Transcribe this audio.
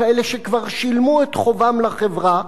כאלה שכבר שילמו את חובם לחברה,